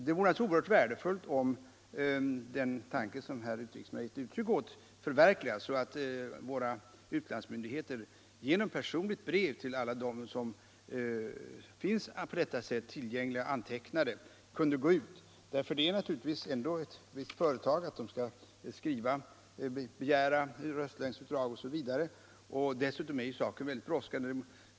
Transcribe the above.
Det vore naturligtvis oerhört värdefullt om den tanke som utrikesministern ger uttryck åt förverkligades så att våra utlandsmyndigheter kunde skicka ut personliga brev till alla utlandssvenskar som på något sätt finns antecknade. Det är ändå ett visst företag att skriva och begära röstlängdsutdrag osv., och dessutom kan frågan vara mycket brådskande.